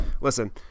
listen